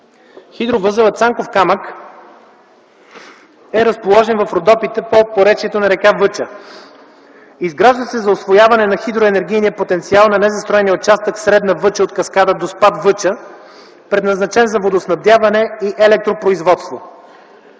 Хидровъзелът „Цанков камък” е разположен в Родопите по поречието на р. Въча. Изгражда се за усвояване на хидроенергийния потенциал на незастроения участък „Средна Въча” от каскада „Доспат – Въча”, предназначен за водоснабдяване и електропроизводство.